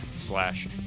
slash